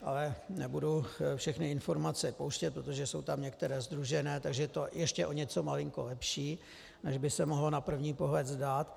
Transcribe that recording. Ale nebudu všechny informace pouštět, protože jsou tam některé sdružené, takže je to ještě o něco malinko lepší, než by se mohlo na první pohled zdát.